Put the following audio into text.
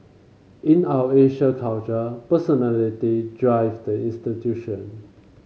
in our Asian culture personality drive the institution